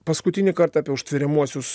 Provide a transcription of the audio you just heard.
paskutinį kartą apie užtveriamuosius